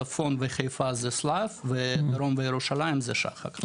צפון בחיפה זה שליו ודרום וירושלים זה שחק,